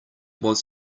was